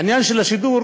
העניין של השידור,